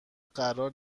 قرار